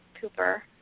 Cooper